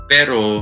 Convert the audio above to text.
Pero